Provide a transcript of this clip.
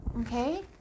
okay